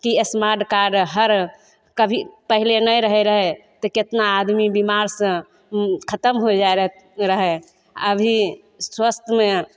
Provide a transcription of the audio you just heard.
ई smart card हर कभी पहिले नहि रहय रहय जे केतना आदमी बीमारसँ उ खतम होइ जाइ रहय अभी स्वास्थमे